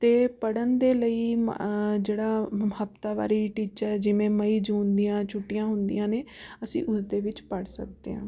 ਅਤੇ ਪੜ੍ਹਨ ਦੇ ਲਈ ਮ ਜਿਹੜਾ ਹਫਤਾਵਾਰੀ ਟੀਚਾ ਹੈ ਜਿਵੇਂ ਮਈ ਜੂਨ ਦੀਆਂ ਛੁੱਟੀਆਂ ਹੁੰਦੀਆਂ ਨੇ ਅਸੀਂ ਉਸ ਦੇ ਵਿੱਚ ਪੜ੍ਹ ਸਕਦੇ ਹਾਂ